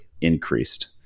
increased